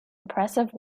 impressive